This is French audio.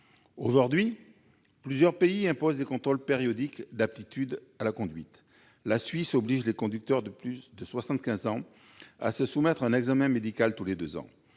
Aujourd'hui, plusieurs pays imposent des contrôles périodiques d'aptitude à la conduite. La Suisse oblige les conducteurs de plus de 75 ans à se soumettre à un examen médical tous les deux ans.